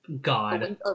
God